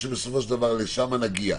בסופו של דבר, לשם אני רוצה שנגיע.